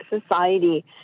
society